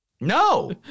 No